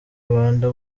rwanda